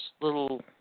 little